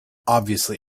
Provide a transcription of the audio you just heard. obviously